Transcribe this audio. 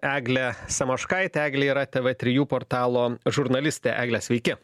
eglė samoškaitė eglė yra tv trijų portalo žurnalistė egle sveiki